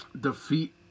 defeat